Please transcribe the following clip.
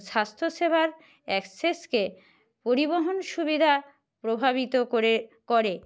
স্বাস্থ্যসেবার অ্যাক্সেসকে পরিবহন সুবিধা প্রভাবিত করে করে